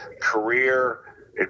career